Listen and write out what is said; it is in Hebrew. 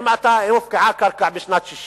ההבדל הוא: אם הופקעה הקרקע בשנת 1960